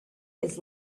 his